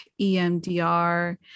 EMDR